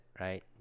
right